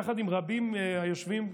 יחד עם רבים מהיושבים,